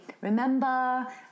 Remember